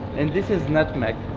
and this is nutmeg.